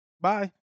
Bye